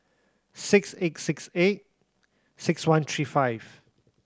six eight six eight six one three five